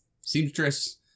seamstress